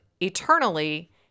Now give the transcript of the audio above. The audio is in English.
eternally